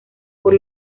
por